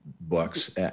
books